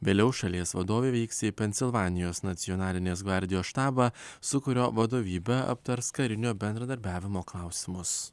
vėliau šalies vadovė vyks į pensilvanijos nacionalinės gvardijos štabą su kurio vadovybe aptars karinio bendradarbiavimo klausimus